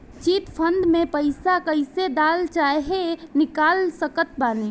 Chit fund मे पईसा कईसे डाल चाहे निकाल सकत बानी?